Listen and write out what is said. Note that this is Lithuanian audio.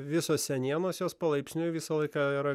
visos senienos jos palaipsniui visą laiką yra